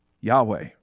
Yahweh